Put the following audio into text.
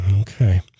Okay